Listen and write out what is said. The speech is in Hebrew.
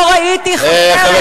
לא ראיתי חבר אחד,